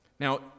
Now